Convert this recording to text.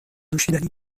نوشیدنی